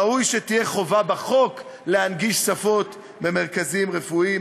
ראוי שתהיה חובה בחוק להנגיש מבחינת שפה מרכזים רפואיים,